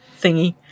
thingy